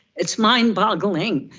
it's mind boggling.